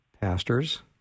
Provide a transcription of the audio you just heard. pastors